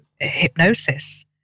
hypnosis